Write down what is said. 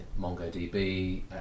MongoDB